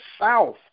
South